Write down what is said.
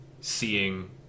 seeing